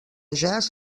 jazz